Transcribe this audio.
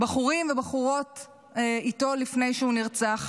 בחורים ובחורות איתו לפני שהוא נרצח.